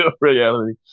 reality